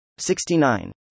69